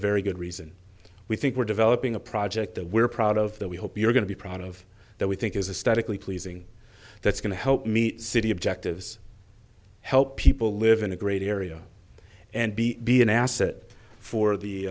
very good reason we think we're developing a project that we're proud of that we hope you're going to be proud of that we think is a statically pleasing that's going to help me city objectives help people live in a great area and b be an asset for the